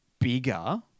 bigger